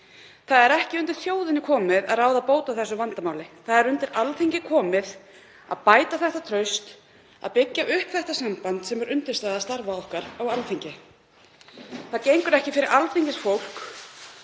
Það er ekki undir þjóðinni komið að ráða bót á því vandamáli. Það er undir Alþingi komið að bæta þetta traust, að byggja upp þetta samband sem er undirstaða starfa okkar á Alþingi. Það gengur ekki fyrir alþingisfólk